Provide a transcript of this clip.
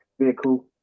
vehicle